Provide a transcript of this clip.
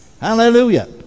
Hallelujah